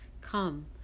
Come